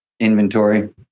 Inventory